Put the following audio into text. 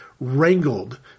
wrangled